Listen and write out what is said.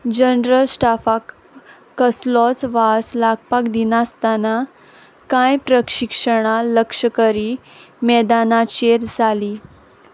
general स्टाफाक कसलोच वास लागपाक दिनासताना कांय प्रशिक्षणां लश्करी मैदानाचेर जालीं